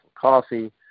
Coffee